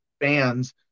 fans